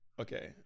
Okay